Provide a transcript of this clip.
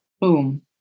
boom